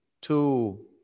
two